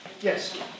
Yes